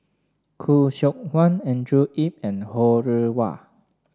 Khoo Seok Wan Andrew Yip and Ho Rih Hwa